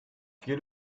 viel